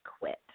quit